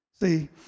See